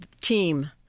team